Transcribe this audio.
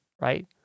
right